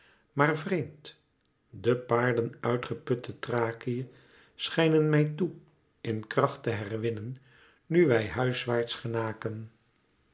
maar vreemd de paarden uitgeput te thrakië schijnen mij toe in kracht te herwinnen nu wij huiswaarts genaken